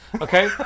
Okay